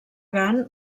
gant